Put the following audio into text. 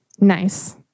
Nice